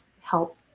help